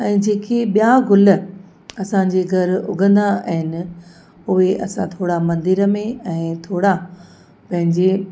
ऐं जेकी ॿिया गुल असांजे घर उगंदा आहिनि उहे असां थोरा मंदर में ऐं थोरा पंहिंजे